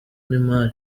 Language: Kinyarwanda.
n’imari